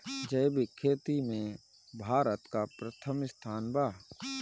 जैविक खेती में भारत का प्रथम स्थान बा